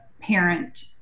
parent